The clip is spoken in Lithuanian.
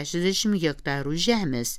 šešiasdešimt hektarų žemės